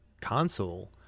console